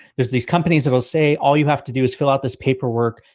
there's these companies that will say all you have to do is fill out this paperwork,